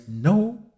no